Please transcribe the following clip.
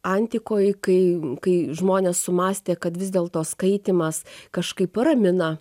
antikoj kai kai žmonės sumąstė kad vis dėlto skaitymas kažkaip ramina